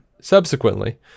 subsequently